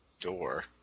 door